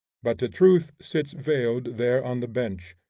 but the truth sits veiled there on the bench,